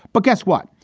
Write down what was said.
but guess what?